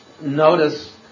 notice